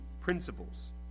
principles